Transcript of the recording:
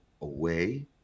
away